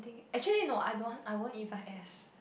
actually no I don't want I won't invite S